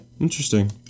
interesting